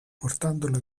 portandolo